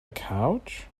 couch